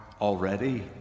already